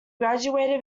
graduated